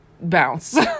bounce